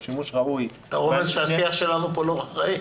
שימוש ראוי --- אתה רומז שהשיח שלנו פה לא אחראי?